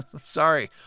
Sorry